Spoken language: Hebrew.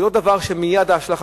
זה לא דבר שמייד ההשלכה,